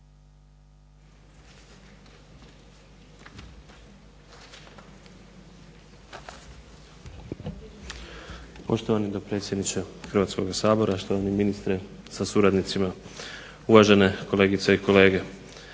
Poštovani dopredsjedniče Hrvatskoga sabora, štovani ministre sa suradnicima, uvažene kolegice i kolege.